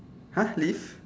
!huh! list